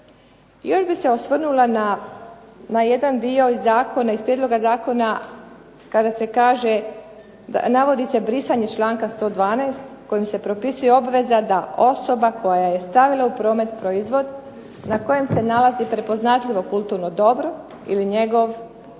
još bih se osvrnula na jedan dio iz zakona, iz prijedloga zakona kada se kaže, navodi se brisanje članka 112. kojim se propisuje obveza da osoba koja je stavila u promet proizvod na kojem se nalazi prepoznatljivo kulturno dobro ili njegov